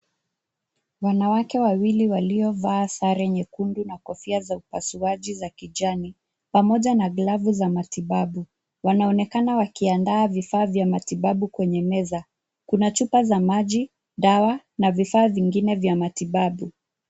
Wanawake wawili waliovaa sare nyekundu na kofia za upasuaji za kijani pamoja na glavu za matibabu; wanaonekana wakiandaa vifaa vya matibabu kwenye meza. Kuna chupa za maji, dawa na vifaa vingine vya matibabu.